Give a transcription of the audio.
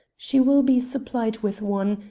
she will be supplied with one,